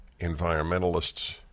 environmentalists